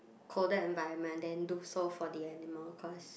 colder environment then look so for the animal cause